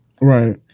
right